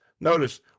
Notice